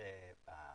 אני